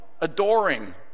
adoring